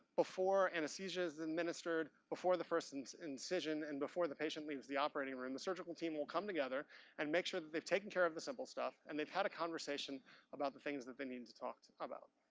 before anesthesia is administered, before the first and incision, and before the patient leaves the operating room, the surgical team will come together and make sure that they've taken care of the simple stuff and they've had a conversation about the things that they need to talk about.